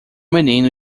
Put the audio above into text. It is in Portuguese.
menino